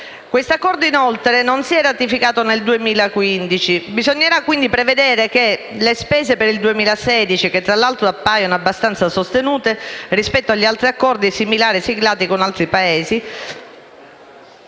Questo accordo, inoltre, non si è ratificato nel 2015. Bisognerà quindi prevedere che per le spese per il 2016, che appaiono abbastanza sostenute rispetto agli altri accordi similari siglati con altri Paesi,